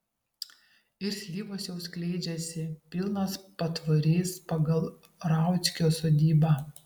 ir slyvos jau skleidžiasi pilnas patvorys pagal rauckio sodybą